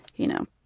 you know,